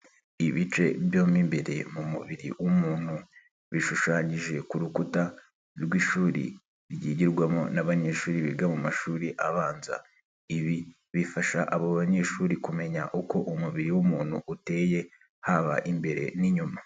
Ibice byombi imbere mu mubiri w'umuntu bishushanyije ku rukuta rw'ishuri ryigirwamo n'abanyeshuri biga mu mashuri abanza, ibi bifasha abo banyeshuri kumenya uko umubiri w'umuntu uteye haba imbere n'inyuma.